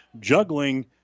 Juggling